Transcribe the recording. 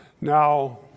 Now